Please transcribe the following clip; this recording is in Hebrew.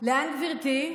לאן גברתי?